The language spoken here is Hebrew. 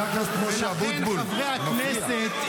את חברי הכנסת.